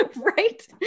right